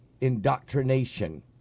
indoctrination